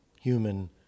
human